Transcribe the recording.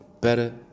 better